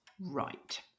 Right